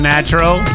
Natural